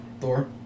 Thor